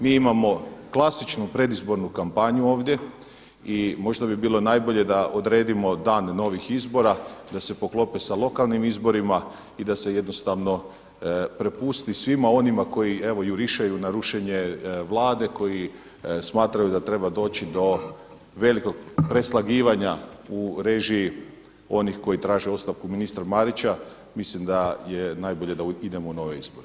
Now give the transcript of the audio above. Mi imamo klasičnu predizbornu kampanju ovdje i možda bi bilo najbolje da odredimo dan novih izbora da se poklope sa lokalnim izborima i da se jednostavno prepusti svima onima koji evo jurišaju na rušenje Vlade koji smatraju da treba doći do velikog preslagivanja u režiji onih koji traže ostavku ministra Marića, mislim da je najbolje da idemo u nove izbore.